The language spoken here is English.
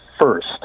first